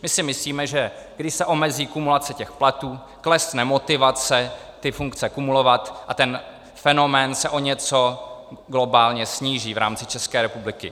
My si myslíme, že když se omezí kumulace těch platů, klesne motivace ty funkce kumulovat a ten fenomén se o něco globálně sníží v rámci České republiky.